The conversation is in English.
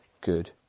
good